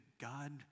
God